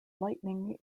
lightning